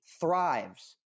thrives